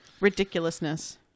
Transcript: ridiculousness